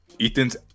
Ethan's